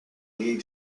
lead